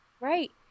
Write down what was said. Right